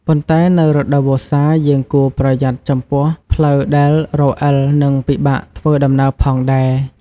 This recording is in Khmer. ប៉ុន្តែនៅរដូវវស្សាយើងគួរប្រយ័ត្នចំពោះផ្លូវដែលរអិល និងពិបាកធ្វើដំណើរផងដែរ។